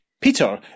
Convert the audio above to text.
Peter